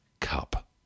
cup